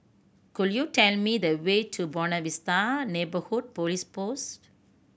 could you tell me the way to Buona Vista Neighbourhood Police Post